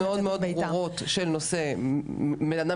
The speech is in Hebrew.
יש הגדרות מאוד מאוד ברורות עבור בן אדם